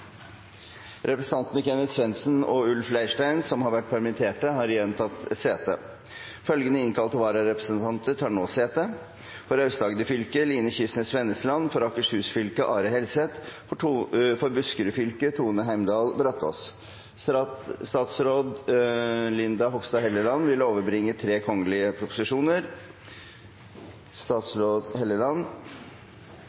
Representantene Kenneth Svendsen og Ulf Leirstein , som har vært permittert, har igjen tatt sete. Følgende innkalte vararepresentanter tar nå sete: For Aust-Agder fylke: Line Kysnes Vennesland For Akershus fylke: Are Helseth For Buskerud fylke: Tone Heimdal Brataas